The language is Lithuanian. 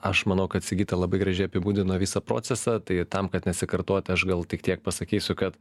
aš manau kad sigita labai gražiai apibūdino visą procesą tai tam kad nesikartoti aš gal tik tiek pasakysiu kad